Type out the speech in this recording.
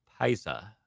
Paisa